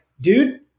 dude